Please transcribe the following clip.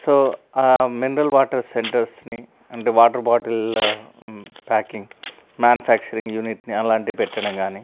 so mineral water సెంటర్స్ని అంటే water bottle packing manufacturing యూనిట్ని అలాంటివి పెట్టడం కానీ